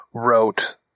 wrote